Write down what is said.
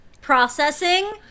processing